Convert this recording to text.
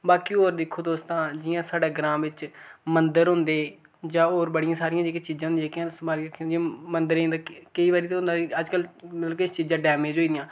बाकी होर दिक्खो तुस तां जियां साढ़े ग्रांऽ बिच्च मंदर होंदे जां होर बड़ियां सारियां जेह्की चीजां होंदियां जेह्कियां संभाली रक्खी होंदियां मंदरे दा केईं बारी ते होंदा अज्जकल मतलब के किश चीजां डैमेज होई गेदियां